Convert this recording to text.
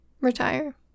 retire